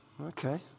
okay